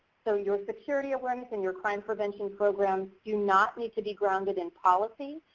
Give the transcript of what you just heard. so your security awareness and your crime prevention programs do not need to be grounded in policies.